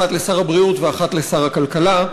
אחת לשר הבריאות ואחת לשר הכלכלה.